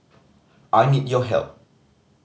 I need your help